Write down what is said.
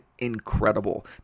incredible